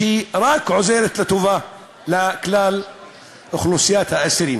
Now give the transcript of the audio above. שכן היא רק עוזרת והיא רק לטובת כלל אוכלוסיית האסירים.